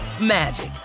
magic